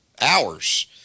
hours